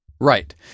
Right